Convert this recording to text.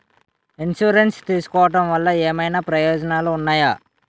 Insurance తీసుకోవటం వల్ల ఏమైనా ప్రయోజనాలు ఉన్నాయా?